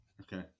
okay